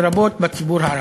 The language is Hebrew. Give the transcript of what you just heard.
לרבות בציבור הערבי.